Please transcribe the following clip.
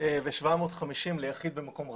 ו-750 ליחיד במקום רגיש.